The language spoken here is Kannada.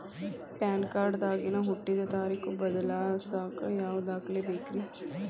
ಪ್ಯಾನ್ ಕಾರ್ಡ್ ದಾಗಿನ ಹುಟ್ಟಿದ ತಾರೇಖು ಬದಲಿಸಾಕ್ ಯಾವ ದಾಖಲೆ ಬೇಕ್ರಿ?